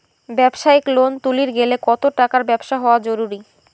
ব্যবসায়িক লোন তুলির গেলে কতো টাকার ব্যবসা হওয়া জরুরি?